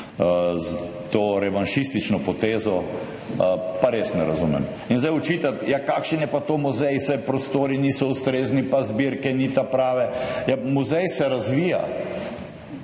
s to revanšistično potezo, pa res ne razumem. In zdaj očitati, ja kakšen je pa to muzej, saj prostori niso ustrezni pa zbirke ni ta prave – ja muzej se razvija!